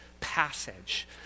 passage